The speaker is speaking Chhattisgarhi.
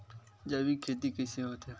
जैविक खेती कइसे होथे?